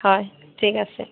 হয় ঠিক আছে